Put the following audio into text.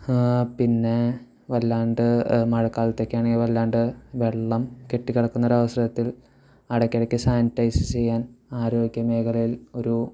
പിന്നെ വല്ലാണ്ട് മഴക്കാലത്തൊക്കെ ആണെങ്കിൽ വല്ലാണ്ട് വെള്ളം കെട്ടി കിടക്കുന്ന ഒരു അവസരത്തിൽ ഇടയ്ക്കിടയ്ക്ക് സാനിറ്റൈസ് ചെയ്യാൻ ആരോഗ്യമേഖലയിൽ ഒരു